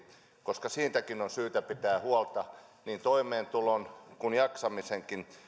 koska siitäkin on syytä pitää huolta niin toimeentulon kuin jaksamisenkin